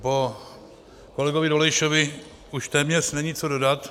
Po kolegovi Dolejšovi už téměř není co dodat.